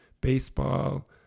baseball